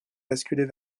basculer